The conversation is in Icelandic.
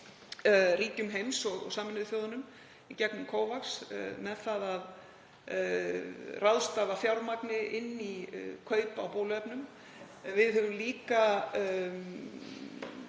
ríkjum heims og Sameinuðu þjóðunum í gegnum COVAX með það að ráðstafa fjármagni í kaup á bóluefnum. Við höfum líka